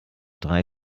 drei